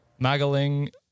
Magaling